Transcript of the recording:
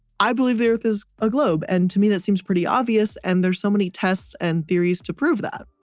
i believe there is a globe. and to me that seems pretty obvious. and there's so many tests and theories to prove that.